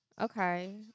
Okay